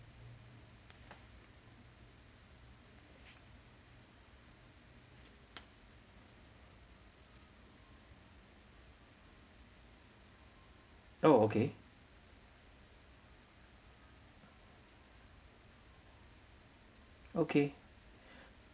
oh okay okay